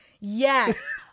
Yes